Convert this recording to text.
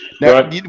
Now